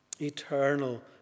Eternal